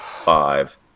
five